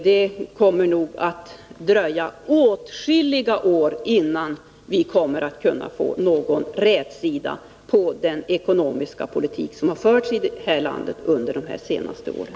Det kommer nog att dröja åtskilliga år, innan vi får någon rätsida på den ekonomiska politiken, efter det sätt som den har förts på i vårt land under de senaste åren.